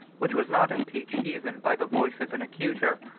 which was not impeached even by the voice of an accuser,